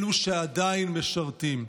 אלו שעדיין משרתים.